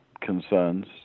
concerns